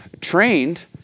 trained